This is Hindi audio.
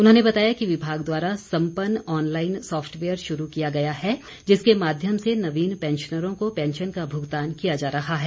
उन्होंने बताया कि विभाग द्वारा संपन्न ऑनलाईन सॉफ्टवेयर शुरू किया गया है जिसके माध्यम से नवीन पैंशनरों को पैंशन का भुगतान किया जा रहा है